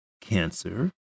cancer